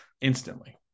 instantly